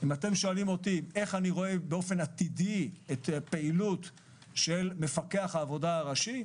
אם אתם שואלים איך אני רואה באופן עתידי את פעילות מפקח העבודה הראשי,